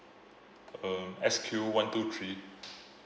uh S_Q one two three